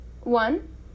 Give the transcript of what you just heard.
One